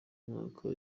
mwaka